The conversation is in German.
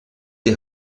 die